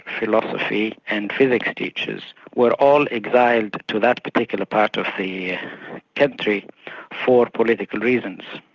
philosophy and physics teachers, were all exiled to that particular part of the country for political reasons.